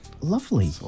lovely